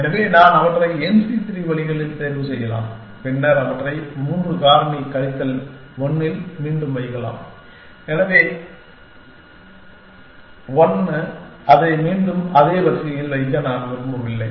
எனவே நான் அவற்றை n c 3 வழிகளில் தேர்வு செய்யலாம் பின்னர் அவற்றை 3 காரணி கழித்தல் 1 இல் மீண்டும் வைக்கலாம் ஏனெனில் 1 அதை மீண்டும் அதே வரிசையில் வைக்க நான் விரும்பவில்லை